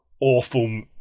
awful